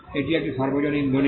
এটি একটি সর্বজনীন দলিল